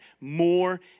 more